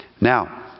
Now